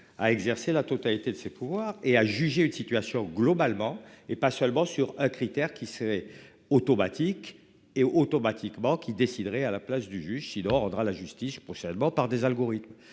à exercer la totalité de ses pouvoirs et à juger une situation globalement et pas seulement sur un critère qui serait. Automatique et automatiquement qui déciderait à la place du juge, si l'ordre à la justice prochainement par des algorithmes.